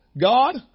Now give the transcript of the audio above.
God